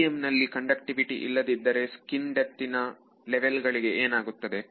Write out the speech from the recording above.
ಮೀಡಿಯಂನಲ್ಲಿ conductivity ಇಲ್ಲದಿದ್ದರೆ skin ಡೆಪ್ತ್ಇನ level ಗಳಿಗೆ ಏನಾಗುತ್ತದೆ